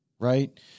Right